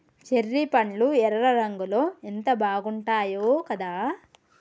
cherry పండ్లు ఎర్ర రంగులో ఎంత బాగుంటాయో కదా